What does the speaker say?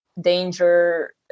danger